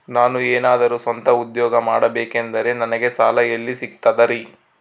ನಾನು ಏನಾದರೂ ಸ್ವಂತ ಉದ್ಯೋಗ ಮಾಡಬೇಕಂದರೆ ನನಗ ಸಾಲ ಎಲ್ಲಿ ಸಿಗ್ತದರಿ?